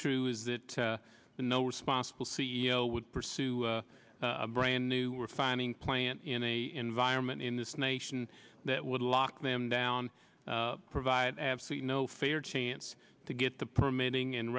true is that no responsible c e o would pursue a brand new refining plant in a environment in this nation that would lock them down provide absolutely no fair chance to get the permitting and